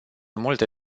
multe